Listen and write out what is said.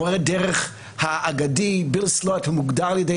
מורה הדרך האגדי ביל סלוט המוגדר על ידי